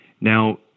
Now